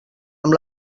amb